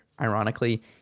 Ironically